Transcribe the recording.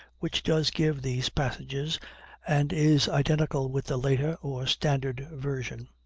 which does give these passages and is identical with the later or standard version.